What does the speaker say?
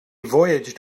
voyaged